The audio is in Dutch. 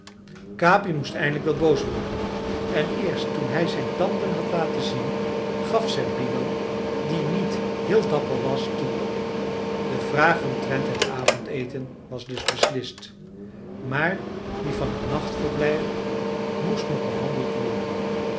capi moest eindelijk wel boos worden en eerst toen hij zijn tanden had laten zien gaf zerbino die niet heel dapper was toe de vraag omtrent het avondeten was dus beslist maar die van het nachtverblijf moest nog behandeld worden